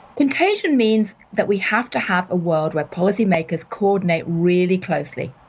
contagion means that we have to have a world where policymakers coordinate really closely.